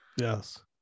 Yes